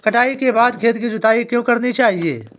कटाई के बाद खेत की जुताई क्यो करनी चाहिए?